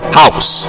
house